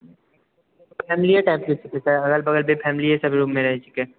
फैमिलीए टाइपके छै अगल बगलमे फैमिलीएसभ रूममे रहै छै के